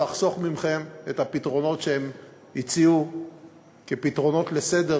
ואחסוך מכם את הפתרונות שהם הציעו כפתרונות לסדר,